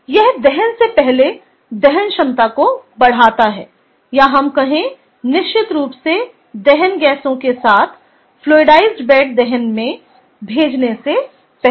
यह दहन से पहले दहन दक्षता को बढ़ाता है या हम कहें निश्चित रूप से दहन गैसों के साथ फ्लूइडाइसड बेड दहन में भेजने से पहले